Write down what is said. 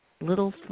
little